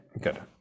good